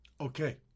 Okay